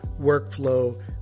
workflow